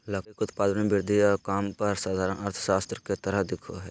लकड़ी के उत्पादन में वृद्धि काम पर साधारण अर्थशास्त्र के तरह दिखा हइ